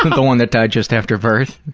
the one that died just after birth?